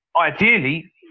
ideally